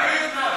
בבקשה, גברתי.